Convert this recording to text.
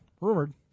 Rumored